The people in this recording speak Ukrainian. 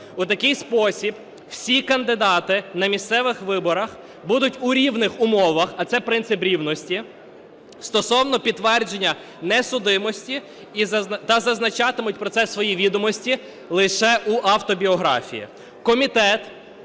У такий спосіб усі кандидати на місцевих виборах будуть у рівних умовах, а це принцип рівності, стосовно підтвердження несудимості, та зазначатимуть про це свої відомості лише в автобіографії.